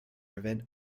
prevent